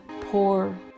poor